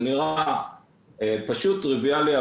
זה נראה פשוט וטריוויאלי,